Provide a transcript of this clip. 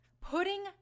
Putting